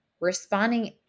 responding